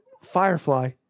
Firefly